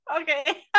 Okay